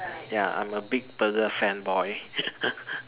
ya I'm a big burger fanboy